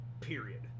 Period